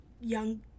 young